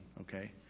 Okay